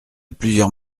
plusieurs